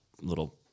little